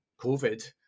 COVID